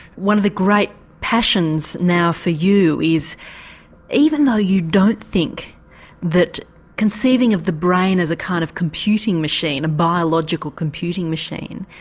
one of the great passions now for you is even though you don't think that conceiving of the brain as a kind of computing machine, a biological computing machine